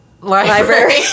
Library